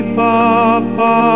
papa